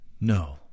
No